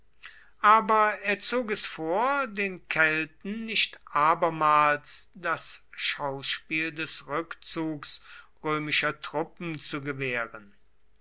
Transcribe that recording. aber er zog es vor den kelten nicht abermals das schauspiel des rückzugs römischer truppen zu gewähren